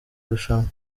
irushanwa